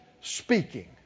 speaking